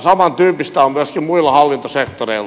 samantyyppistä on myöskin muilla hallintosektoreilla